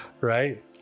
Right